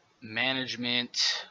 management